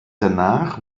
danach